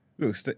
Look